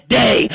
day